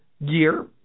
year